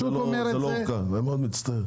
הוא רוצה להתחבר לרשת.